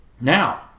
Now